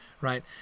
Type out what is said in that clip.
Right